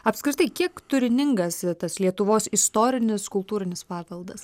apskritai kiek turiningas tas lietuvos istorinis kultūrinis paveldas